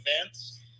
events